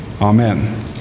Amen